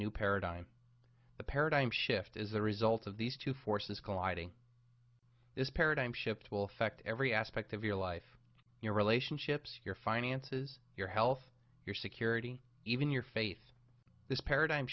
new paradigm the paradigm shift is the result of these two forces colliding this paradigm shift will affect every aspect of your life your relationships your finances your health your security even your faith this paradigm